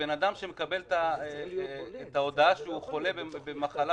בן אדם שמקבל את ההודעה שהוא חולה במחלה